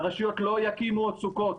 הרשויות לא יקימו עוד סוכות